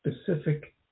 specific